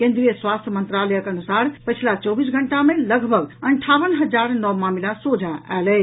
केन्द्रीय स्वास्थ्य मंत्रालयक अनुसार पछिला चौबीस घंटा मे लगभग अंठावन हजार नव मामिला सोझा आयल अछि